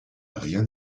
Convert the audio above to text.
rien